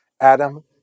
Adam